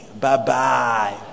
Bye-bye